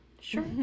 Sure